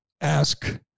ask